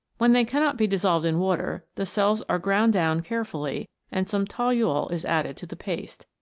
when they cannot be dissolved in water, the cells are ground down carefully and some toluol is added to the paste.